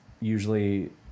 usually